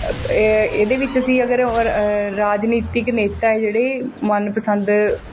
ਇ ਇਹਦੇ ਵਿੱਚ ਅਸੀਂ ਅਗਰ ਗਰ ਅ ਰਾਜਨੀਤਿਕ ਨੇਤਾ ਹੈ ਜਿਹੜੇ ਮਨਪਸੰਦ